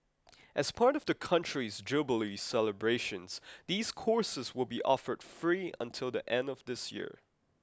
as part of the country's jubilee celebrations these courses will be offered free until the end of this year